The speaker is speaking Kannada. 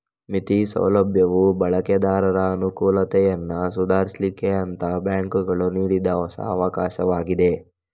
ಮಿತಿ ಸೌಲಭ್ಯವು ಬಳಕೆದಾರರ ಅನುಕೂಲತೆಯನ್ನ ಸುಧಾರಿಸ್ಲಿಕ್ಕೆ ಅಂತ ಬ್ಯಾಂಕುಗಳು ನೀಡಿದ ಹೊಸ ಅವಕಾಶವಾಗಿದೆ